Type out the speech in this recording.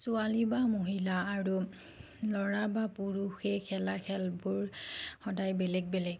ছোৱালী বা মহিলা আৰু ল'ৰা বা পুৰুষে খেলা খেলবোৰ সদায় বেলেগ বেলেগ